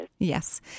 Yes